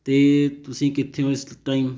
ਅਤੇ ਤੁਸੀਂ ਕਿੱਥੇ ਹੋ ਇਸ ਟਾਈਮ